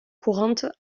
courante